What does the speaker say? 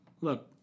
look